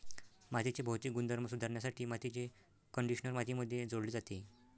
मातीचे भौतिक गुणधर्म सुधारण्यासाठी मातीचे कंडिशनर मातीमध्ये जोडले जाते